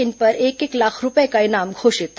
इन पर एक एक लाख रूपये का इनाम घोषित था